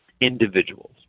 individuals